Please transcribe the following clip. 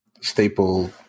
staple